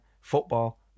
football